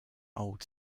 old